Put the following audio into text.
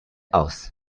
aus